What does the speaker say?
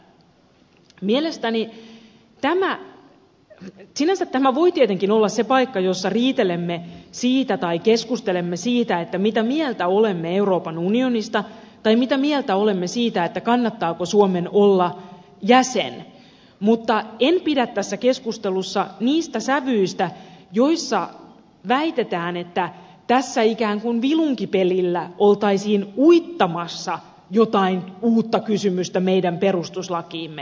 mielestäni tämä sinänsä voi tietenkin olla se paikka jossa riitelemme tai keskustelemme siitä mitä mieltä olemme euroopan unionista tai mitä mieltä olemme siitä kannattaako suomen olla jäsen mutta en pidä tässä keskustelussa niistä sävyistä joissa väitetään että tässä ikään kuin vilunkipelillä oltaisiin uittamassa jotain uutta kysymystä meidän perustuslakiimme